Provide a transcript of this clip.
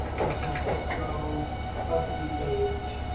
until the close of the age.